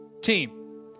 team